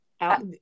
out